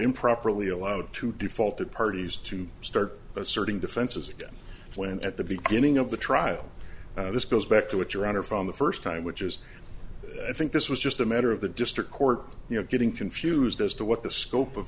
improperly allowed to default the parties to start asserting defenses plant at the beginning of the trial this goes back to what your honor from the first time which is i think this was just a matter of the district court you know getting confused as to what the scope of